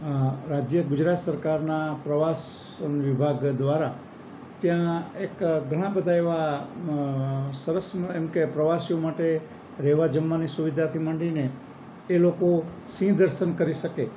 આ રાજ્ય ગુજરાત સરકારના પ્રવાસન વિભાગ દ્વારા ત્યાં એક ઘણા બધા એવા સરસ એમ કે પ્રવાસીઓ માટે રહેવા જમવાની સુવિધાથી માંડીને એ લોકો સિંહ દર્શન કરી શકે